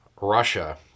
Russia